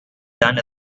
done